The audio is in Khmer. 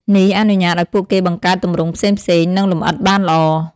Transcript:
នេះអនុញ្ញាតឱ្យពួកគេបង្កើតទម្រង់ផ្សេងៗ និងលម្អិតបានល្អ។